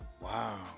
Wow